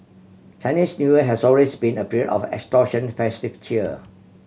Chinese New Year has always been a period of extortion festive cheer